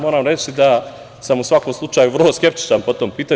Moram reći da sam u svakom slučaju vrlo skeptičan po ovom pitanju.